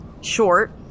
short